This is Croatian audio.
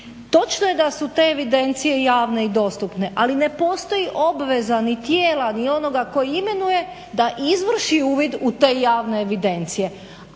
Točno je da su te evidencije javne i dostupne, ali ne postoji obveza ni tijela ni onoga koji imenuje da izvrši uvid u te javne evidencije,